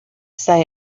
say